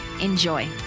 Enjoy